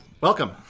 welcome